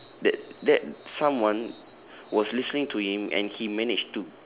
that that someone was listening to him and he manage to